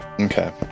Okay